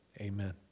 Amen